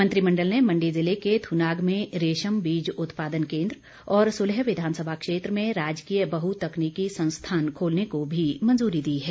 मंत्रिमंडल ने मंडी जिले के थुनाग में रेश्म बीज उत्पादन केंद्र और सुलह विधानसभा क्षेत्र में राजकीय बहुतकनीकी संस्थान खोलने को भी मंजूरी दी है